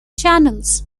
channels